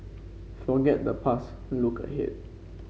forget the past look ahead